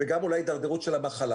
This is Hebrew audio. וגם אולי הדרדרות של המחלה.